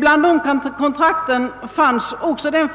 Bland dessa kontrakt finns också det